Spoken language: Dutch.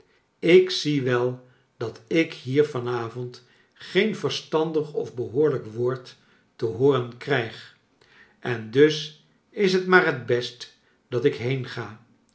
ik zie wel dat ik hier van avond geen verstandig of behooriijk woord te hooren krijg en dus is t maar het best dat ik heenga